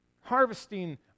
harvesting